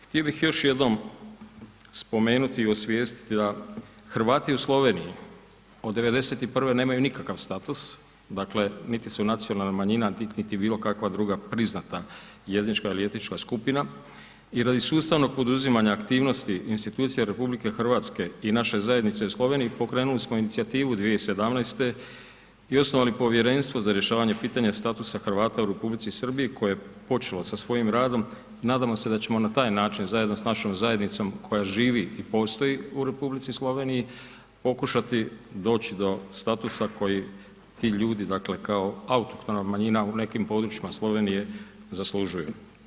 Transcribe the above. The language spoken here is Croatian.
Htio bih još jednom spomenuti i osvijestiti da Hrvati u Sloveniji od 91. nemaju nikakav status, dakle, niti su nacionalna manjina, niti bilo kakva druga priznata jezična ili etička skupina i radi sustavnog poduzimanja aktivnosti institucija RH i naše zajednice u Sloveniji, pokrenuli smo inicijativu 2017. i osnovali povjerenstvo za rješavanje pitanja statusa Hrvata u Republici Srbiji koje je počelo sa svojim radom, nadamo se da ćemo na taj način zajedno s našom zajednicom koja živi i postoji u Republici Sloveniji, pokušati doći do statusa koji ti ljudi, dakle, kao autohtona manjina u nekim područjima Slovenije zaslužuju.